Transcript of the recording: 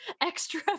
extra